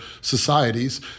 societies